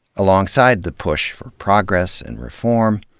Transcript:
alongside the push for progress and reform,